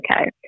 okay